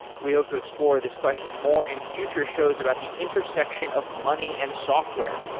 we hope to explore this question more in future shows about the intersection of money and software.